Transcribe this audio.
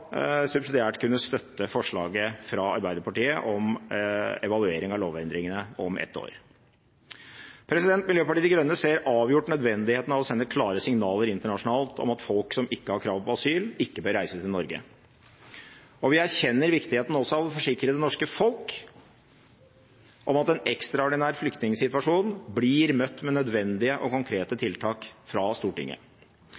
subsidiært kunne støtte forslaget fra Arbeiderpartiet om evaluering av lovendringene i løpet av to år. Miljøpartiet De Grønne ser avgjort nødvendigheten av å sende klare signaler internasjonalt om at folk som ikke har krav på asyl, ikke bør reise til Norge. Vi erkjenner også viktigheten av å forsikre det norske folk om at den ekstraordinære flyktningsituasjonen blir møtt med nødvendige og konkrete tiltak fra Stortinget.